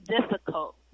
difficult